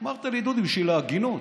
אמרת לי: דודי, בשביל ההגינות.